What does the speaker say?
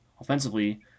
offensively